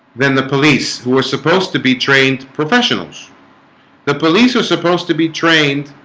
than the police who are supposed to be trained professionals the police are supposed to be trained.